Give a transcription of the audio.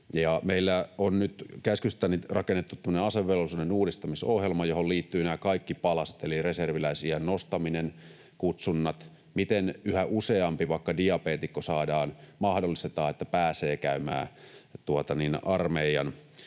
Meillä on nyt käskystäni rakennettu tämmöinen asevelvollisuuden uudistamisohjelma, johon liittyvät nämä kaikki palaset eli reserviläisiän nostaminen, kutsunnat ja se, miten yhä useammalle vaikka diabeetikolle mahdollistetaan, että pääsee käymään armeijan,